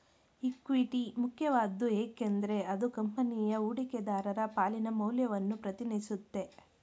equity ಮುಖ್ಯವಾದ್ದು ಏಕೆಂದ್ರೆ ಅದು ಕಂಪನಿಯ ಹೂಡಿಕೆದಾರರ ಪಾಲಿನ ಮೌಲ್ಯವನ್ನ ಪ್ರತಿನಿಧಿಸುತ್ತೆ